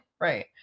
Right